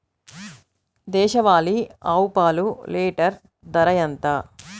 దేశవాలీ ఆవు పాలు లీటరు ధర ఎంత?